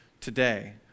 today